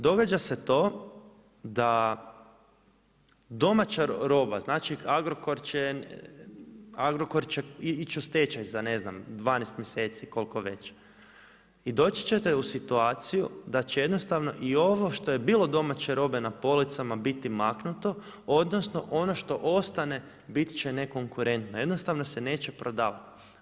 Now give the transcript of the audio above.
Događa se to da domaća roba znači Agrokor će ići u stečaj za ne znam, 12 mjeseci i koliko već i doći ćete u situaciju da će i ovo što je bilo domaće robe na policama biti maknuto odnosno ono što ostane bit će nekonkurentno, jednostavno se neće prodavati.